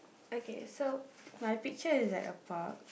okay so my picture is at a park